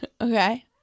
Okay